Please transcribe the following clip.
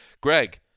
Greg